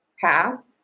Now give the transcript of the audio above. path